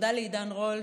תודה לעידן רול,